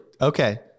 okay